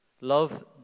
Love